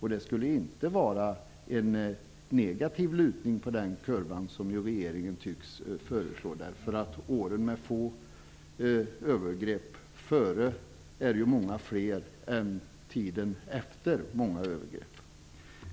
Kurvan skulle inte ha en negativ lutning, vilket regeringen tycks påstå. Tiden med få övergrepp är ju mycket längre före året med många övergrepp än tiden med få övergrepp efteråt.